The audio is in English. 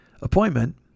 appointment